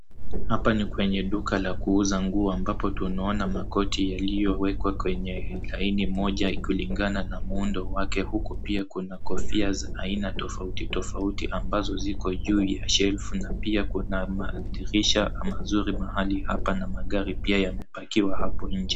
Hapa ni kwenye duka la kuuza nguo ambapo tunaona makoti yaliyowekwa kwenye laini moja kulingina na muundo wake huku pia kuna kofia za aina tofauti tofauti ambazo ziko juu ya shelfu na pia kuna madirisha mazuri mahali hapa na magari pia yamepakiwa hapo nje.